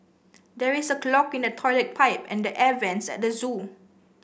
there is a clog in the toilet pipe and the air vents at the zoo